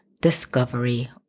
Discovery